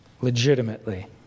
legitimately